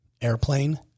airplane